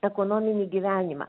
ekonominį gyvenimą